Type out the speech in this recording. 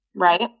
Right